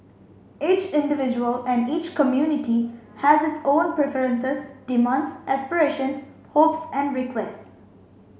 each individual and each community has its own preferences demands aspirations hopes and requests